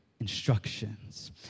instructions